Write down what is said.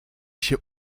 się